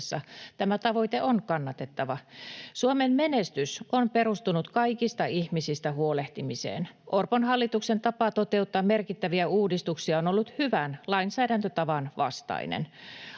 Tämä tavoite on kannatettava. Suomen menestys on perustunut kaikista ihmisistä huolehtimiseen. Orpon hallituksen tapa toteuttaa merkittäviä uudistuksia on ollut hyvän lainsäädäntötavan vastainen.